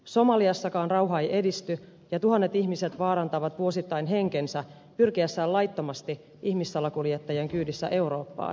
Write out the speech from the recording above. somaliassakaan rauha ei edisty ja tuhannet ihmiset vaarantavat vuosittain henkensä pyrkiessään laittomasti ihmissalakuljettajien kyydissä eurooppaan